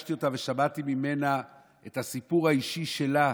פגשתי אותה ושמעתי ממנה את הסיפור האישי שלה,